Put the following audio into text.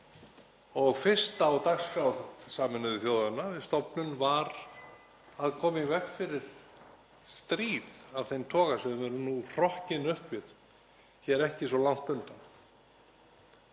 og fyrst á dagskrá Sameinuðu þjóðanna við stofnun var að koma í veg fyrir stríð af þeim toga sem við erum nú hrokkin upp við, ekki svo langt undan.